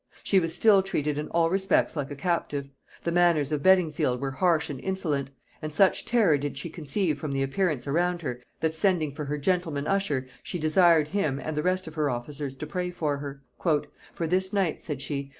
she was still treated in all respects like a captive the manners of beddingfield were harsh and insolent and such terror did she conceive from the appearances around her, that sending for her gentleman-usher, she desired him and the rest of her officers to pray for her for this night, said she,